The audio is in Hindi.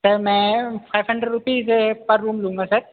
सर मैं five hundred rupees per room लूँगा सर